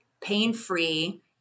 pain-free